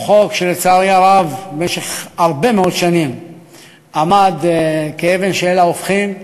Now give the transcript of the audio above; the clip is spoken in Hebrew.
זה חוק שלצערי הרב במשך הרבה מאוד שנים עמד כאבן שאין לה הופכין.